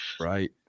right